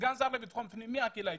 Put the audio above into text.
סגן שר לביטחון הפנים מהקהילה האתיופית,